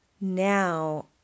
Now